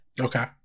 Okay